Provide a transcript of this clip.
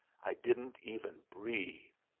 i didn't even breathe.